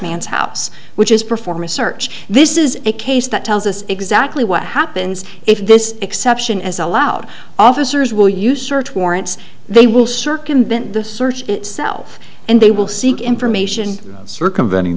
man's house which is perform a search this is a case that tells us exactly what happens if this exception as allowed officers will use search warrants they will circumvent the search itself and they will seek information about circumventing